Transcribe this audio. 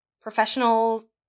professional